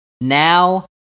now